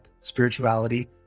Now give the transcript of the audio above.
spirituality